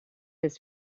his